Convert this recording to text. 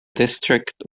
district